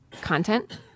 content